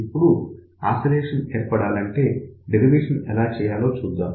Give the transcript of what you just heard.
ఇప్పుడు ఆసిలేషన్ ఏర్పడాలంటే డెరివేషన్ ఎలా చేయాలో చూద్దాం